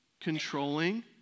controlling